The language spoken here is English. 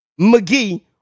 McGee